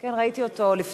אנחנו נביא אותו.